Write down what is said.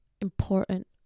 important